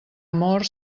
amor